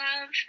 love